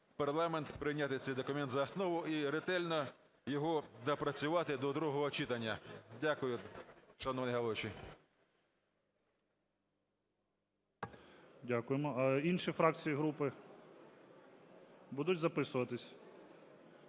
парламент прийняти цей документ за основу і ретельно його доопрацювати до другого читання. Дякую, шановний головуючий. ГОЛОВУЮЧИЙ. Дякуємо. Інші фракції і групи будуть записуватися?